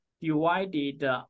divided